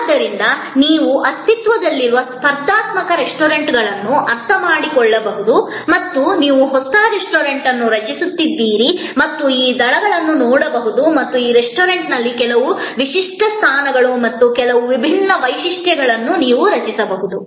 ಆದ್ದರಿಂದ ನೀವು ಅಸ್ತಿತ್ವದಲ್ಲಿರುವ ಸ್ಪರ್ಧಾತ್ಮಕ ರೆಸ್ಟೋರೆಂಟ್ಗಳನ್ನು ಅರ್ಥಮಾಡಿಕೊಳ್ಳಬಹುದು ಮತ್ತು ನೀವು ಹೊಸ ರೆಸ್ಟೋರೆಂಟ್ ಅನ್ನು ರಚಿಸುತ್ತಿದ್ದೀರಿ ಮತ್ತು ನೀವು ಈ ದಳಗಳನ್ನು ನೋಡಬಹುದು ಮತ್ತು ನಿಮ್ಮ ರೆಸ್ಟೋರೆಂಟ್ನಲ್ಲಿ ಕೆಲವು ವಿಶಿಷ್ಟ ಸ್ಥಾನಗಳು ಮತ್ತು ಕೆಲವು ವಿಭಿನ್ನ ವೈಶಿಷ್ಟ್ಯಗಳನ್ನು ನೀವು ರಚಿಸಬಹುದು